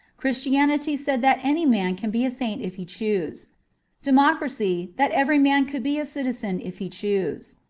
christianity said that any man could be a saint if he chose democracy, that every man could be a citizen if he chose.